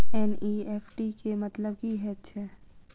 NEFT केँ मतलब की हएत छै?